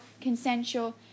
consensual